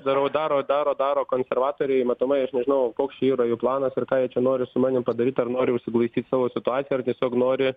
darau daro daro daro konservatoriai matomai aš nežinau koks čia yra jų planas ir ką jie čia nori su manim padaryt ar nori užsiglaistyt savo situaciją ar tiesiog nori